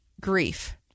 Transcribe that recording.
grief